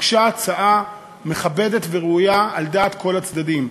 הוגשה הצעה מכבדת וראויה על דעת כל הצדדים.